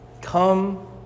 come